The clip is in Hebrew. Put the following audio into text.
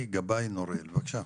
בבקשה.